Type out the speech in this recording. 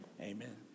amen